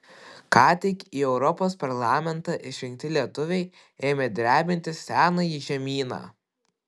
ką tik į europos parlamentą išrinkti lietuviai ėmė drebinti senąjį žemyną